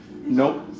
Nope